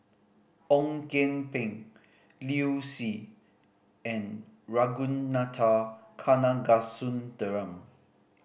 Ong Kian Peng Liu Si and Ragunathar Kanagasuntheram